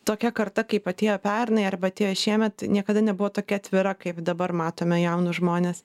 tokia karta kaip atėjo pernai arba atėjo šiemet niekada nebuvo tokia atvira kaip dabar matome jaunus žmones